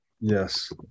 Yes